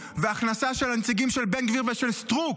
והכנסה של הנציגים של בן גביר ושל סטרוק